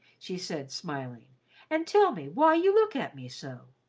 she said, smiling and tell me why you look at me so.